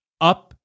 up